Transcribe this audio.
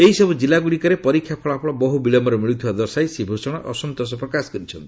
ଏହିସବୁ ଜିଲ୍ଲା ଗୁଡ଼ିକରେ ପରୀକ୍ଷା ଫଳାଫଳ ବହୁ ବିଳୟରେ ମିଳୁଥିବା ଦର୍ଶାଇ ଶ୍ରୀ ଭୂଷଣ ଅସନ୍ତୋଷ ପ୍ରକାଶ କରିଛନ୍ତି